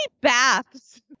baths